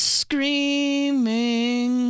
screaming